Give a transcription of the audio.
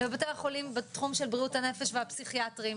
בתי החולים בתחום של בריאות הנפש והפסיכיאטריים,